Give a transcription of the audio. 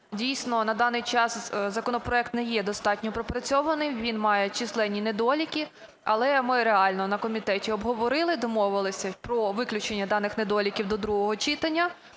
Дійсно, на даний час законопроект не є достатньо пропрацьований, він має численні недоліки. Але ми реально на комітеті обговорили, домовилися про виключення даних недоліків до другого читання.